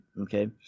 Okay